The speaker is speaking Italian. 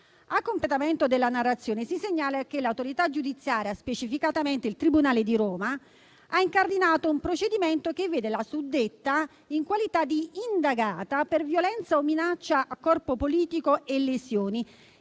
A completamento della narrazione, si segnala che l'autorità giudiziaria, specificatamente il Tribunale di Roma, ha incardinato un procedimento che vede la suddetta in qualità di indagata per violenza o minaccia a corpo politico e lesioni,